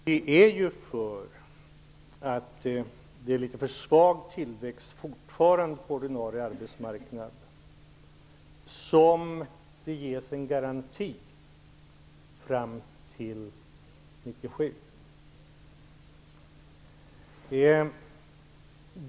Herr talman! Det är ju på grund av att tillväxten på den ordinarie arbetsmarknaden fortfarande är litet för svag som det ges en garanti fram till 1997.